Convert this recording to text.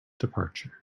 departure